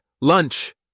lunch